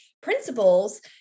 principles